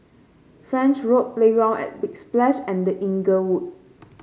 French Road Playground at Big Splash and The Inglewood